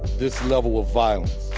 this level of violence.